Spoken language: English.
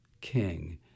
king